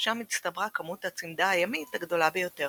שם הצטברה כמות הצימדה הימית הגדולה ביותר.